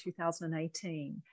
2018